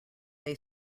they